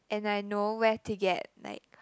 and I know where to get like